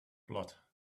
blood